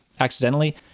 accidentally